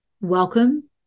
Welcome